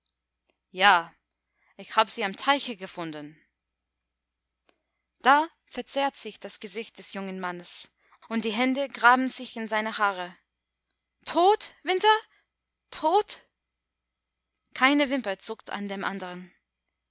ja ich hab sie am teiche gefunden da verzerrt sich das gesicht des jungen mannes und die hände graben sich in seine haare tot winter tot keine wimper zuckt an dem andern